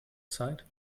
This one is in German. zeit